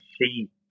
see